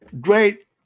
great